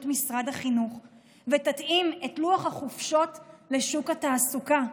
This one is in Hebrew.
משרד החינוך ותתאים את לוח החופשות לשוק התעסוקה.